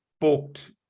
booked